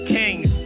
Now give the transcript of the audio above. kings